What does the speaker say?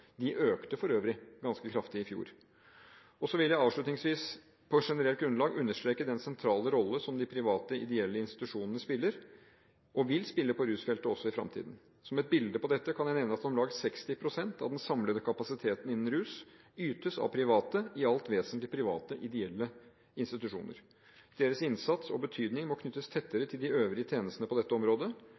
økte for øvrig ganske kraftig i fjor. Så vil jeg avslutningsvis på generelt grunnlag understreke den sentrale rolle som de private, ideelle institusjonene spiller, og vil spille, på rusfeltet også i fremtiden. Som et bilde på dette kan jeg nevne at om lag 60 pst. av den samlede kapasiteten innenfor rusbehandling ytes av private – i alt vesentlig private, ideelle institusjoner. Deres innsats og betydning må knyttes tettere til de øvrige tjenestene på dette området.